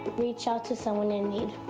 reach out to someone in need.